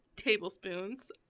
tablespoons